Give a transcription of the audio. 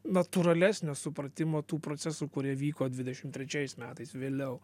natūralesnio supratimo tų procesų kurie vyko dvidešim trečiais metais vėliau